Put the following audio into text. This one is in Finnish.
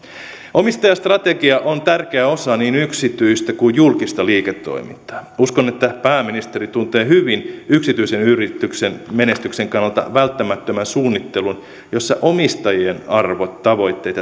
omistajastrategia on tärkeä osa niin yksityistä kuin julkista liiketoimintaa uskon että pääministeri tuntee hyvin yksityisen yrityksen menestyksen kannalta välttämättömän suunnittelun jossa omistajien arvot tavoitteet